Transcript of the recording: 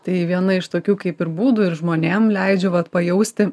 tai viena iš tokių kaip ir būdui ir žmonėm leidžiu vat pajausti